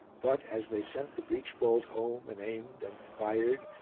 but, as they sent the breech-bolt home and aimed and fired,